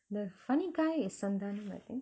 the funny guy is sandani I think